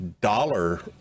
dollar